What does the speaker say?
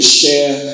share